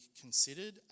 considered